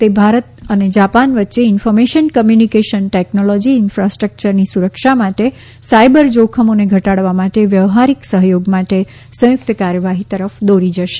તે ભારત અને જાપાન વચ્ચે ટેક્નોલોજી ઇન્ફાસ્ટ્રક્યરની સુરક્ષા માટે સાયબર જોખમોને ઘટાડવા માટે વ્યવહારિક સહ્યોગ માટે સંયુક્ત કાર્યવાહી તરફ દોરી જશે